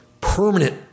permanent